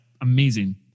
amazing